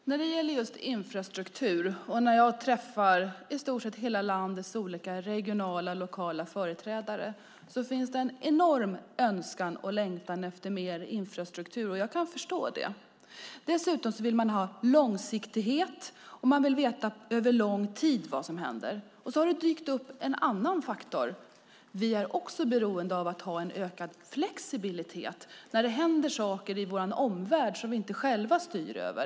Herr talman! När det gäller just infrastruktur och när jag träffar i stort sett hela landets olika regionala och lokala företrädare finns det en enormt stark önskan och längtan efter mer infrastruktur. Jag kan förstå det. Dessutom vill man ha långsiktighet, och man vill veta vad som händer över lång tid. Sedan har det dykt upp en annan faktor: Vi är också beroende av att ha en ökad flexibilitet när det händer saker i vår omvärld som vi själva inte styr över.